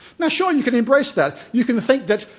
now sure, you can embrace that. you can think that,